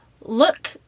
look